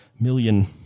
million